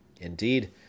Indeed